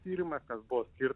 tyrimas nes buvo ir